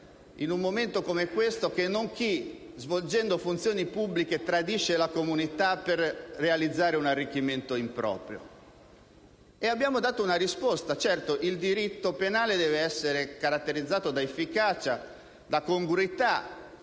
in un momento come questo, del comportamento di chi, svolgendo funzioni pubbliche, tradisce la comunità per realizzare un arricchimento improprio? E abbiamo dato una risposta a tale quesito. Certo, il diritto penale deve essere caratterizzato da efficacia e da congruità;